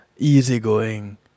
easygoing